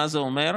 מה זה אומר?